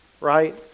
Right